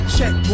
Check